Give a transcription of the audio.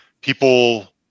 people